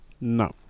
No